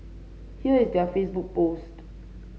here is their Facebook post